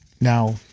now